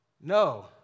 No